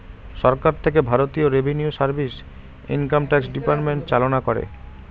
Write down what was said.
সরকার থেকে ভারতীয় revenue service, income tax department চালনা করে